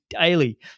daily